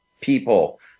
people